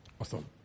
Awesome